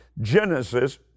Genesis